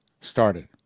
started